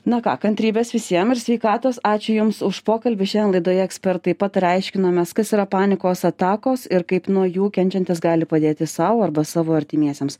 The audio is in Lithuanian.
na ką kantrybės visiem ir sveikatos ačiū jums už pokalbį šiandien laidoje ekspertai pataria aiškinomės kas yra panikos atakos ir kaip nuo jų kenčiantis gali padėti sau arba savo artimiesiems